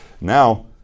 now